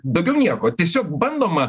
daugiau nieko tiesiog bandoma